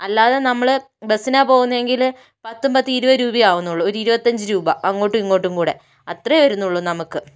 അല്ലാതെ നമ്മൾ ബസിനാ പോകുന്നതെങ്കിൽ പത്തും പത്തും ഇരുപത് രൂപയെ ആവുന്നുള്ളൂ ഒരു ഇരുപത്തഞ്ച് രൂപ അങ്ങോട്ടും ഇങ്ങോട്ടും കൂടെ അത്രയേ വരുന്നുള്ളൂ നമുക്ക്